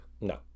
No